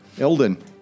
Elden